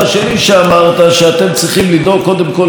ואז אולי יהיה סיכוי שתצליחו לעשות משהו.